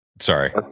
Sorry